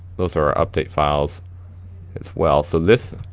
those are our update files as well. so this,